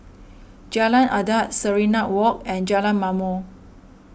Jalan Adat Serenade Walk and Jalan Ma'mor